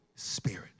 spirit